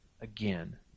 again